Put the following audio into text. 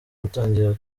gutangira